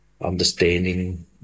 understanding